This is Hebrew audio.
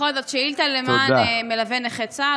בכל זאת, שאילתה למען מלווי נכי צה"ל.